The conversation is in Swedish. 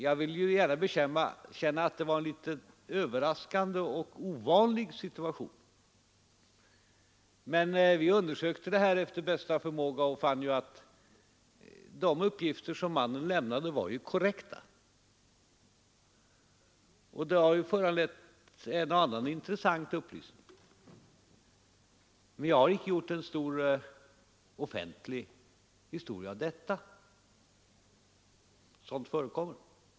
Jag vill gärna bekänna att det var en litet överraskande och ovanlig situation, men vi undersökte saken efter bästa förmåga och fann att de uppgifter mannen lämnade var korrekta. Detta har ju föranlett en och annan intressant upplysning, men jag har icke gjort en stor offentlig historia av detta. Sådant förekommer.